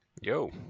Yo